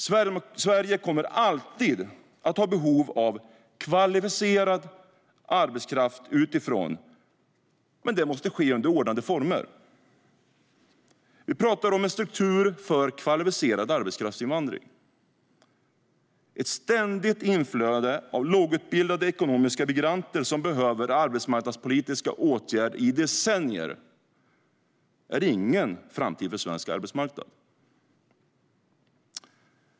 Sverige kommer alltid att ha behov av att ta in kvalificerad arbetskraft utifrån, men det måste ske under ordnade former. Vi talar om en struktur för kvalificerad arbetskraftsinvandring. Ett ständigt inflöde av lågutbildade ekonomiska migranter som behöver arbetsmarknadspolitiska åtgärder i decennier är ingen framtid för svensk arbetsmarknad.